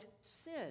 sin